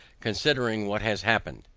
considering what has happened!